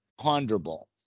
ponderable